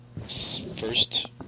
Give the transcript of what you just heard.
first